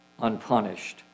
unpunished